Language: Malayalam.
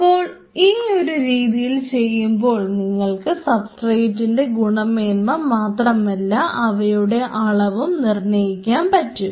അപ്പോൾ ഈ ഒരു രീതിയിൽ ചെയ്യുമ്പോൾ നിങ്ങൾക്ക് സബ്സ്ട്രേറ്റിന്റെ ഗുണമേന്മ മാത്രമല്ല അവയുടെ അളവും നിർണയിക്കാൻ പറ്റും